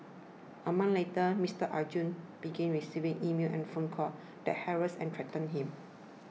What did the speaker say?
a month later Mister Arjun began receiving emails and phone calls that harassed and threatened him